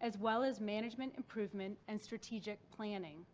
as well as management improvement and strategic planning.